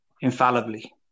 infallibly